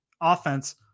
offense